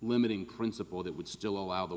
limiting principle that would still allow the